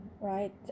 right